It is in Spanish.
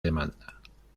demanda